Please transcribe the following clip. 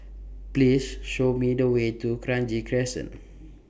Please Show Me The Way to Kranji Crescent